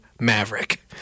Maverick